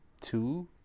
two